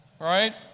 right